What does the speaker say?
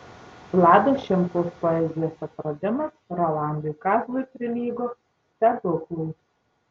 vlado šimkaus poezijos atradimas rolandui kazlui prilygo stebuklui